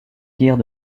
guerres